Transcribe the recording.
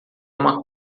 uma